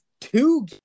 two